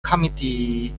committee